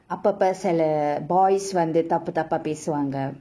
அப்பப்ப சில:appappa sila boys வந்து தப்பு தப்பா பேசுவாங்க:vanthu thappu thappa pesuvanga